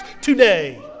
today